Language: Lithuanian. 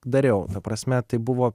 dariau ta prasme tai buvo